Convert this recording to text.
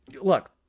look